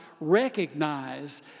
recognize